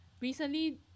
recently